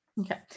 Okay